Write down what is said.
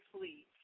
please